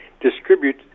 distribute